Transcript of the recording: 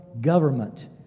government